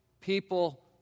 people